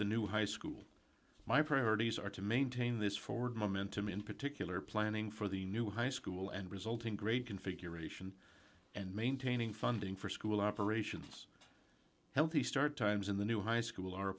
the new high school my priorities are to maintain this forward momentum in particular planning for the new high school and resulting great configuration and maintaining funding for school operations healthy start times in the new high school